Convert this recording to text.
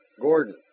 Gordon